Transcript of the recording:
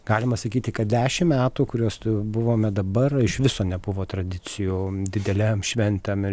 galima sakyti kad dešim metų kuriuos tu buvome dabar iš viso nebuvo tradicijų didelėm šventėm ir